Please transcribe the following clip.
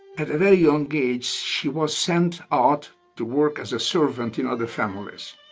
at a very young age, she was sent out to work as a servant in other families,